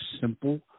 simple